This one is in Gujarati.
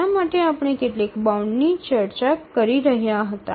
તેના માટે આપણે કેટલીક બાઉન્ડની ચર્ચા કરી રહ્યા હતા